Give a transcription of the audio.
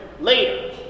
later